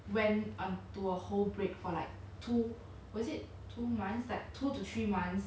when I'm to a whole break for like two was it two mines like two to three months